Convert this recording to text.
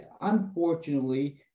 unfortunately